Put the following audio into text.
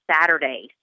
Saturday